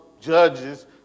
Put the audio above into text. Judges